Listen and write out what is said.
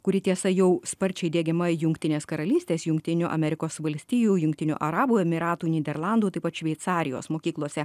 kuri tiesa jau sparčiai diegiama jungtinės karalystės jungtinių amerikos valstijų jungtinių arabų emyratų nyderlandų taip pat šveicarijos mokyklose